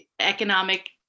economic